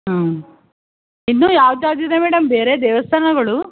ಹ್ಞೂ ಇನ್ನೂ ಯಾವ್ದ್ಯಾವ್ದಿದೆ ಮೇಡಮ್ ಬೇರೆ ದೇವಸ್ಥಾನಗಳು